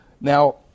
Now